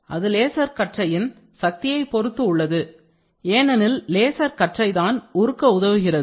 அது லேசர் கற்றையின் சக்தியை பொறுத்து உள்ளது ஏனெனில் லேசர் கற்றை தான் உருக்க உதவுகிறது